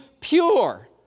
pure